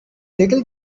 little